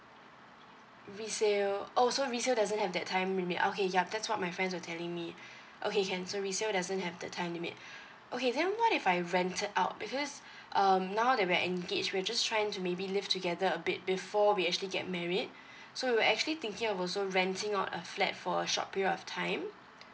resale oh so resale doesn't have that time limit okay yup that's what my friends were telling me okay can so resale doesn't have the time limit okay then what if I rented out because um now that we are engage we are just trying to maybe live together a bit before we actually get married so we're actually thinking of also renting out a flat for a short period of time